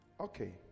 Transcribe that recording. Okay